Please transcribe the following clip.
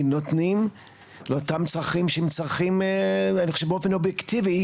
נותנים לאותם צרכים שהם צרכים אני חושב באופן אובייקטיבי